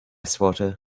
swatter